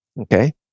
okay